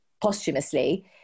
posthumously